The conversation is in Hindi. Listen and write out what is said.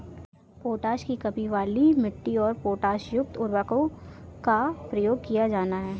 पोटाश की कमी वाली मिट्टी पर पोटाशयुक्त उर्वरकों का प्रयोग किया जाना है